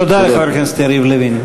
תודה לחבר הכנסת יריב לוין.